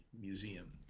Museum